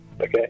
Okay